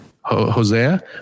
Hosea